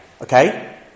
okay